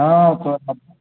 हँ